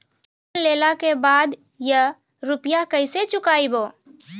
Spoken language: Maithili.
लोन लेला के बाद या रुपिया केसे चुकायाबो?